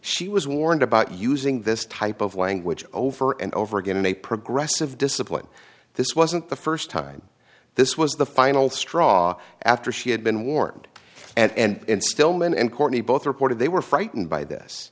she was warned about using this type of language over and over again in a progressive discipline this wasn't the st time this was the final straw after she had been warned and stillman and courtney both reported they were frightened by this